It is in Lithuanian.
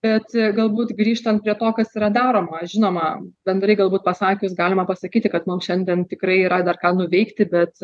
bet galbūt grįžtant prie to kas yra daroma žinoma bendrai galbūt pasakius galima pasakyti kad mums šiandien tikrai yra dar ką nuveikti bet